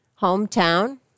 Hometown